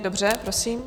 Dobře, prosím.